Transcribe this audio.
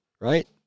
right